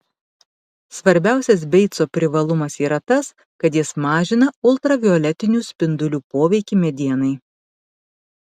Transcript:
svarbiausias beico privalumas yra tas kad jis mažina ultravioletinių spindulių poveikį medienai